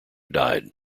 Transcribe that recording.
died